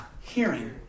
hearing